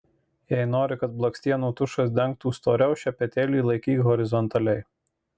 jei nori kad blakstienų tušas dengtų storiau šepetėlį laikyk horizontaliai